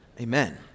amen